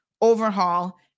overhaul